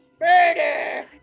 Murder